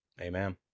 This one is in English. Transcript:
Amen